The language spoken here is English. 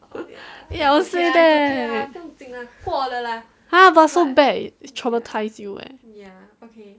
ya eh I would say that thing ha but so bad eh traumatize you eh